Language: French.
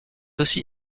aussi